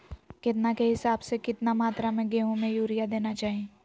केतना के हिसाब से, कितना मात्रा में गेहूं में यूरिया देना चाही?